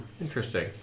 Interesting